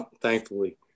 thankfully